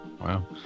Wow